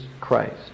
Christ